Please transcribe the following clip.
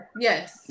Yes